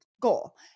goal